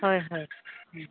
হয় হয়